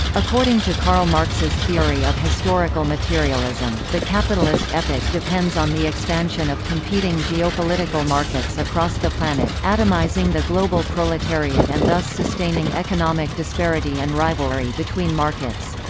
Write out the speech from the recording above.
according to karl marx's theory of historical materialism, the capitalist epoch depends on the expansion of competing geopolitical markets across the planet, atomizing the global proletariat and thus sustaining economic disparity and rivalry between markets.